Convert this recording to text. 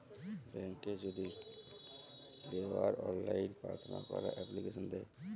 ব্যাংকে যদি লেওয়ার অললাইন পার্থনা ক্যরা এপ্লিকেশন দেয়